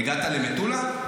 והגעת למטולה?